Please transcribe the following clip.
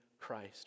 Christ